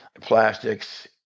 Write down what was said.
plastics